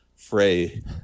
fray